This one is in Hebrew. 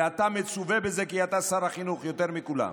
אתה מצווה בזה, כי אתה שר החינוך, יותר מכולם.